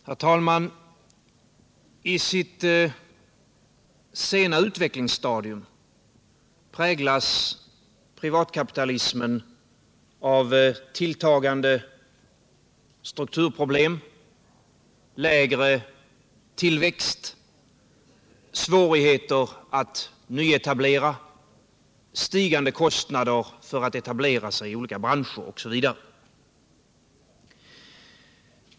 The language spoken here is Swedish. Herr talman! I sitt sena utvecklingsstadium präglas privatkapitalismen av tilltagande strukturproblem, lägre tillväxt, svårigheter att nyetablera, stigande kostnader för att etablera sig i olika branscher osv.